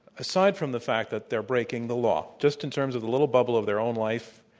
aside from the fact that they're breaking the law, just in terms of the little bubble of their own life,